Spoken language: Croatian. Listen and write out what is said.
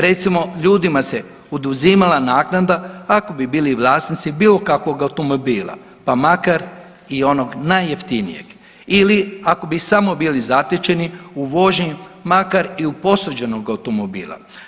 Recimo, ljudima se oduzimala naknada ako bi bili vlasnici bilo kakvog automobila, pa makar i onog najjeftinijeg ili ako bi samo bili zatečeni u vožnji makar i u posuđenog automobila.